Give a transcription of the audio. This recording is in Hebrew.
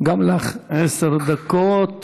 גם לך עשר דקות.